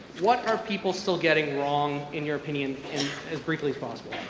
what are people still getting wrong in your opinion as quickly as possible.